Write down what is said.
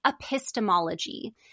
epistemology